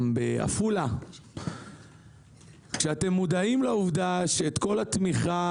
בעפולה כשאתם מודעים לעובדה שאת כל התמיכה